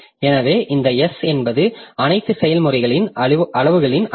எனவே இந்த S என்பது அனைத்து செயல்முறைகளின் அளவுகளின் அளவு